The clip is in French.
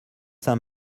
saint